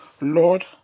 Lord